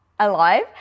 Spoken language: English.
alive